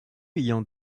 ayant